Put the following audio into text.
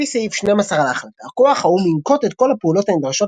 לפי סעיף 12 להחלטה כוח האו"ם "ינקוט את כל הפעולות הנדרשות